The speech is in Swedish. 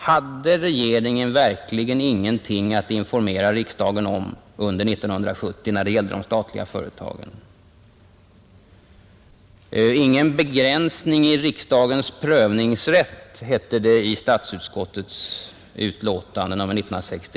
Hade regeringen verkligen ingenting att informera riksdagen om under 1970 när det gällde de statliga företagen? Målsättningen i statsutskottets utlåtande i frågan 1969 var: ingen begränsning i riksdagens prövningsrätt.